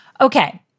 Okay